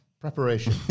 preparation